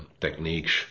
techniques